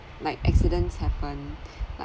like accidents happen like